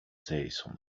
jason